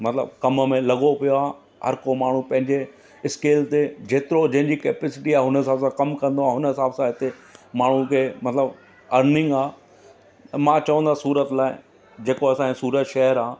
मतिलबु कम में लॻो पियो आहे हर को माण्हू पंहिंजे इस्केल ते जेतिरो जंहिंजी कैपिसिटी आहे हुन हिसाब सां कमु कंदो आहे हुन हिसाब सां हिते माण्हू खे मतिलबु अर्निंग आहे मां चवंदो आहियां सूरत लाइ जेको असांजो सूरत शहरु आहे